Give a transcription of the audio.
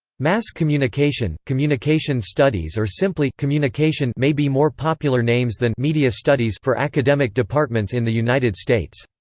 mass communication, communication studies or simply communication may be more popular names than media studies for academic departments in the united states.